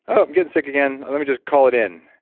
oh, i'm getting sick again, let me just call it in.